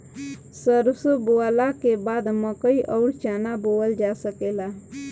सरसों बोअला के बाद मकई अउर चना बोअल जा सकेला